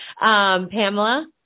Pamela